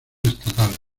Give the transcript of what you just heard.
estatales